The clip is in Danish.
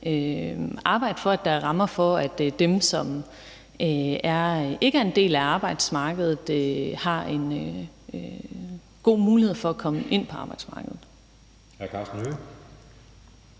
arbejde for, at der er rammer for, at dem, som ikke er en del af arbejdsmarkedet, har en god mulighed for at komme ind på arbejdsmarkedet. Kl. 20:07 Anden